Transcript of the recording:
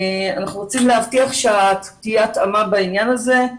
אנחנו רוצים להבטיח שתהיה התאמה בעניין הזה,